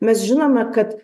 mes žinome kad